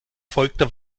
folgte